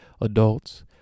adults